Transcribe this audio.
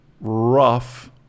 rough